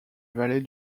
vallée